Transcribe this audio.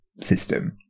system